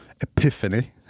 epiphany